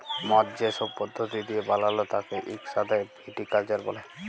মদ যে সব পদ্ধতি দিয়ে বালায় তাকে ইক সাথে ভিটিকালচার ব্যলে